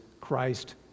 Christ